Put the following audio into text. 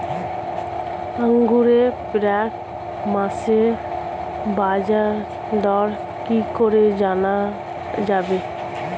আঙ্গুরের প্রাক মাসিক বাজারদর কি করে জানা যাবে?